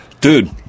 Dude